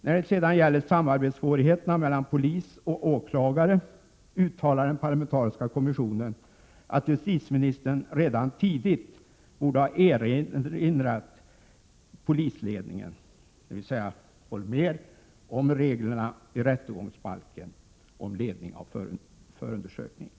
När det sedan gäller svårigheterna i samarbetet mellan polis och åklagare uttalar den parlamentariska kommissionen att justitieministern redan tidigt borde ha erinrat polisledningen, dvs. Holmér, om reglerna i rättegångsbalken om ledning av förundersökning.